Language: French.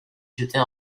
jeter